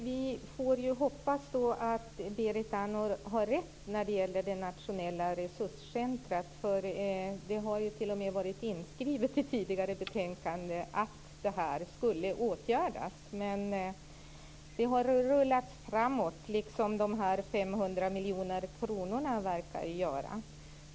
Fru talman! Vi får hoppas att Berit Andnor har rätt när det gäller det nationella resurscentrumet. Det har t.o.m. varit inskrivet i tidigare betänkanden att det här skulle åtgärdas. Det har dock rullats framåt, liksom de 500 miljoner kronorna verkar göra.